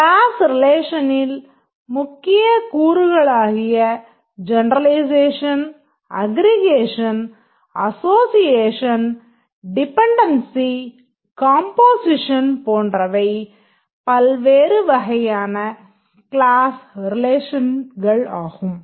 class ரிலேஷனின் முக்கிய கூறுகளாகிய generalisation aggregation association dependency composition போன்றவை பல்வேறு வகையான க்ளாஸ் ரிலேஷன்கள் ஆகும்